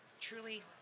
truly